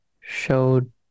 showed